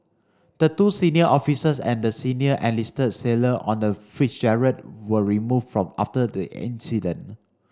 the two senior officers and the senior enlisted sailor on the Fitzgerald were removed from after the incident